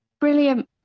Brilliant